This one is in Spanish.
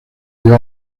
dio